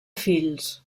fills